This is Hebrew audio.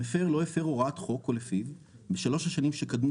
המפר לא הפר הוראת חוק או לפיו בשלוש השנים שקדמו